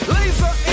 Laser